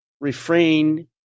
refrain